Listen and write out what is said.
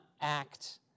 act